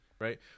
Right